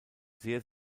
sehr